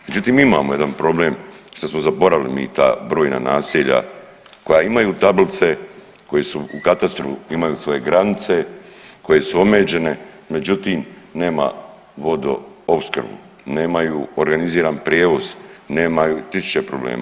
Međutim, mi imamo jedan problem što smo zaboravili mi ta brojna naselja koja imaju tablice, koji u katastru imaju svoje granice, koje su omeđene međutim nema vodoopskrbu, nemaju organiziran prijevoz, tisuće problema.